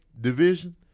division